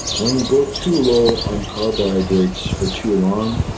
when you go too low on carbohydrates for too long,